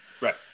Right